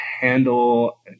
handle